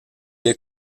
est